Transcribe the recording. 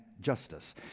justice